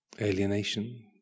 alienation